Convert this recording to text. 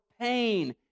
pain